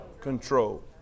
Control